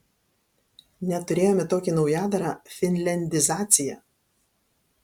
net turėjome tokį naujadarą finliandizacija